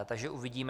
Takže uvidíme.